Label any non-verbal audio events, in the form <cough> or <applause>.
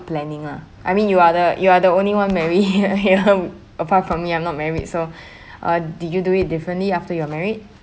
planning lah I mean you are the you are the only one marry <breath> ya um apart from me I'm not married so <breath> uh do you do it differently after you're married